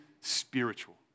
spiritual